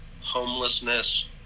homelessness